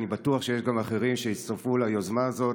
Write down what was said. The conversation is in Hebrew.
אני בטוח שיש גם אחרים שהצטרפו ליוזמה הזאת,